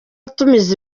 atumiza